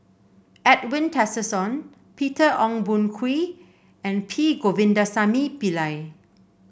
Edwin Tessensohn Peter Ong Boon Kwee and P Govindasamy Pillai